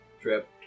trip